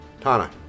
Tana